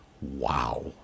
wow